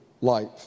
life